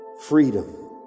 freedom